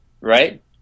right